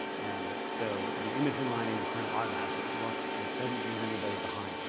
and so, the image inlining is kind of automatic and it works. it doesn't leave anybody behind.